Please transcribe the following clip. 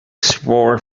spore